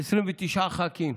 29 ח"כים,